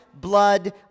blood